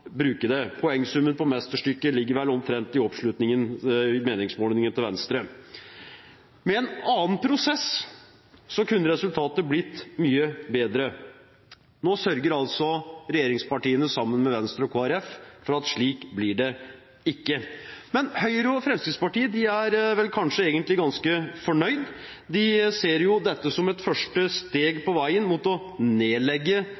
bruke det – poengsummen på mesterstykket ligger vel omtrent i oppslutningen i meningsmålingene til Venstre. Med en annen prosess kunne resultatet blitt mye bedre. Nå sørger altså regjeringspartiene, sammen med Venstre og Kristelig Folkeparti, for at slik blir det ikke. Men Høyre og Fremskrittspartiet er vel kanskje egentlig ganske fornøyd. De ser dette som et første steg på veien mot å nedlegge